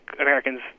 Americans